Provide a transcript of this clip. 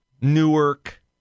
Newark